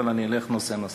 אבל אני אלך נושא-נושא.